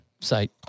site